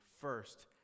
first